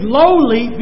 lowly